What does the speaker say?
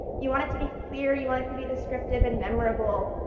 you want it to be clear, you want it to be descriptive and memorable,